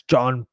John